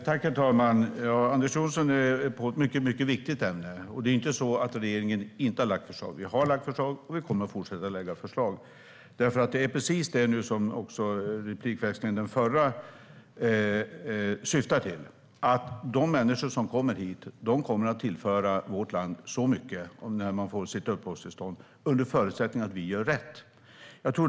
Herr talman! Anders W Jonsson tar upp ett mycket viktigt ämne. Det är inte så att regeringen inte har lagt fram förslag. Vi har lagt fram förslag, och vi kommer att fortsätta att lägga fram förslag. Det var det som också de tidigare inläggen handlade om, att de människor som kommer hit kommer, när de väl får sitt uppehållstillstånd och under förutsättning att vi gör rätt, att tillföra vårt land mycket.